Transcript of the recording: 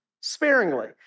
sparingly